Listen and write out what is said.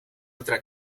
otra